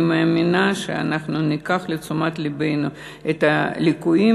אני מאמינה שאנחנו ניקח לתשומת לבנו את הליקויים